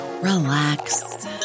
relax